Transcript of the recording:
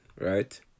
right